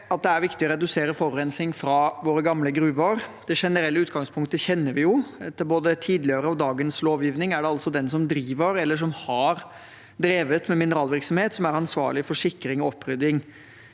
at det er viktig å redusere forurensning fra våre gamle gruver. Det generelle utgangspunktet kjenner vi jo. Etter både tidligere og dagens lovgivning er det den som driver, eller som har drevet, med mineralvirksomhet, som er ansvarlig for sikring og opprydding